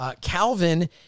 Calvin